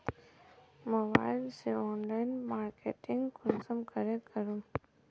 Mobile से online marketing कुंसम के करूम?